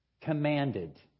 commanded